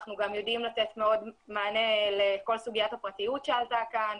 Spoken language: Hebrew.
אנחנו גם יודעים לתת מענה לכל סוגיית הפרטיות שעלתה כאן.